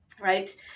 right